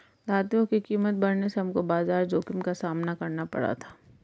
धातुओं की कीमत बढ़ने से हमको बाजार जोखिम का सामना करना पड़ा था